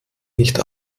nicht